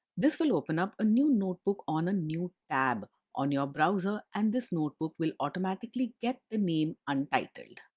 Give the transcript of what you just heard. this will open up a new notebook on a new tab on your browser and this notebook will automatically get the name untitled.